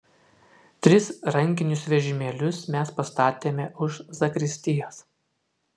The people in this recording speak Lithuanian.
tris rankinius vežimėlius mes pastatėme už zakristijos